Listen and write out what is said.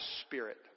spirit